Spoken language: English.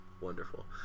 Wonderful